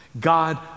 God